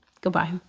goodbye